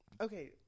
okay